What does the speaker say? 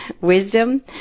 wisdom